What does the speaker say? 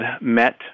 met